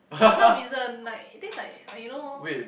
for some reason like it taste like like you know